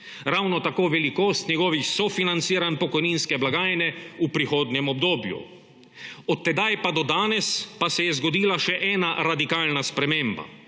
ravno tako velikost njegovih sofinanciranj pokojninske blagajne v prihodnjem obdobju. Od tedaj pa do danes pa se je zgodila še ena radikalna sprememba